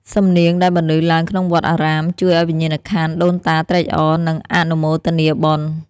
សំនៀងដែលបន្លឺឡើងក្នុងវត្តអារាម ជួយឱ្យវិញ្ញាណក្ខន្ធដូនតាត្រេកអរ និងអនុមោទនាបុណ្យ។